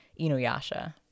Inuyasha